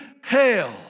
hell